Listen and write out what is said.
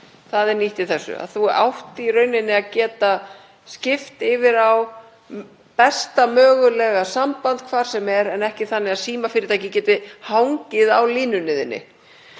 Það er nýtt í þessu. Þú átt í rauninni að geta skipt yfir á besta mögulega samband hvar sem er en ekki þannig að símafyrirtækið geti hangið á línunni þinni.